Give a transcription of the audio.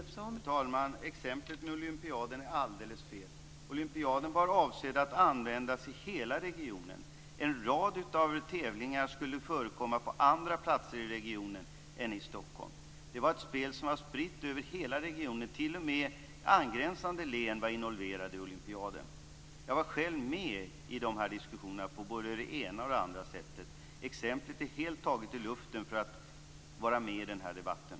Fru talman! Exemplet med Olympiaden är alldeles fel. Olympiaden var avsedd att användas i hela regionen. En rad tävlingar skulle förekomma på andra platser i regionen än i Stockholm. Det var ett spel som var spritt över hela regionen, t.o.m. angränsande län var involverade i Olympiaden. Jag var själv med i de här diskussionerna på både det ena och det andra sättet. Exemplet är taget helt ur luften för att vara med i den här debatten.